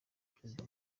perezida